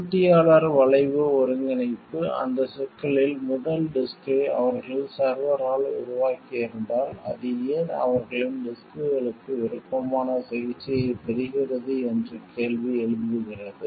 போட்டியாளர் வளைவு ஒருங்கிணைப்பு அந்தச் சிக்கலில் முதல் டிஸ்க்கை அவர்கள் சர்வரால் உருவாக்கியிருந்தால் அது ஏன் அவர்களின் டிஸ்க்களுக்கு விருப்பமான சிகிச்சையைப் பெறுகிறது என்று கேள்வி எழுப்புகிறது